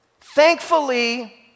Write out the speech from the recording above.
Thankfully